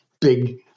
big